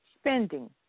Spending